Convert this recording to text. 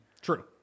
True